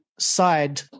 side